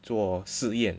做试验